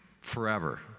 forever